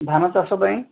ଧାନ ଚାଷ ପାଇଁ